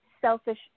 selfish